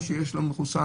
ומי שמחוסן,